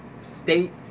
state